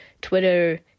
Twitter